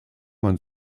man